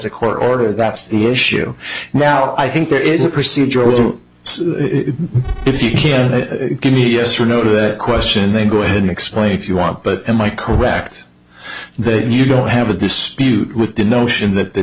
a court order that's the issue now i think there is a procedure or if you can give me a yes or no to that question then go ahead and explain if you want but am i correct then you don't have a dispute with the notion that